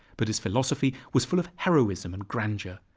but his philosophy was full of heroism and grandeur.